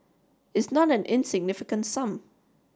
it's not an insignificant sum